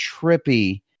trippy